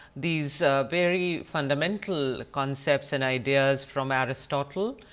these very fundamental concepts and ideas from aristotle.